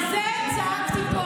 זה מה שאמרתי.